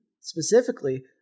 specifically